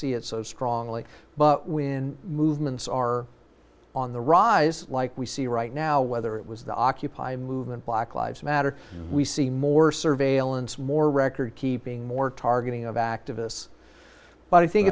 see it so strongly but when movements are on the rise like we see right now whether it was the occupy movement black lives matter we see more surveillance more recordkeeping more targeting of activists but i think